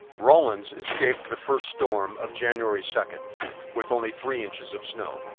rawlins escaped the first storm of january second with only three inches of snow.